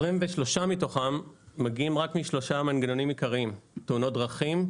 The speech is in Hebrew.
23 מתוכם מגיעים רק משלושה מנגנונים עיקריים: תאונות דרכים,